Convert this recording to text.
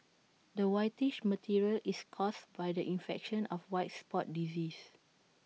the whitish material is caused by the infection of white spot disease